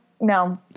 no